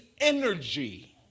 energy